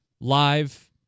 live